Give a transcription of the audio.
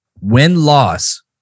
win-loss